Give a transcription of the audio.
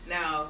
Now